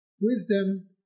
wisdom